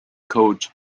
coach